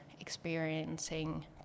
experiencing